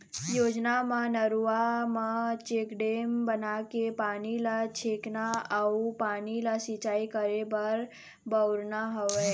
योजना म नरूवा म चेकडेम बनाके पानी ल छेकना अउ पानी ल सिंचाई करे बर बउरना हवय